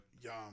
Yum